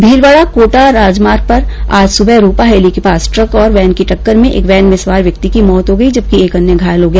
भीलवाडा कोटा राजमार्ग पर आज सुबह रूपाहेली के पास ट्रक और वेन की टक्कर में वेन में सवार एक व्यक्ति की मौत हो गई और एक अन्य घायल हो गया